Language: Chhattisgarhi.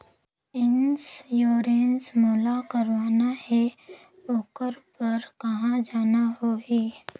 इंश्योरेंस मोला कराना हे ओकर बार कहा जाना होही?